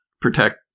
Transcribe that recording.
protect